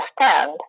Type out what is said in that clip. understand